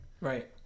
Right